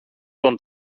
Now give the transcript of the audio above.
τον